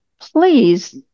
please